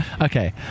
Okay